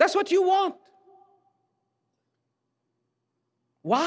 that's what you want w